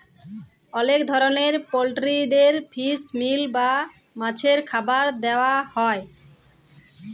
অলেক ধরলের পলটিরিদের ফিস মিল বা মাছের খাবার দিয়া হ্যয়